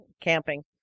camping